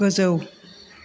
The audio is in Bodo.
गोजौ